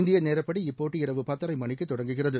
இந்திய நேரப்படி இப்போட்டி இரவு பத்தரை மணிக்கு தொடங்குகிறது